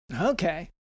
Okay